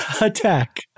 attack